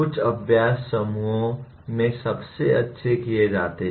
कुछ अभ्यास समूहों में सबसे अच्छे किए जाते हैं